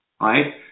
right